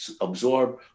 absorb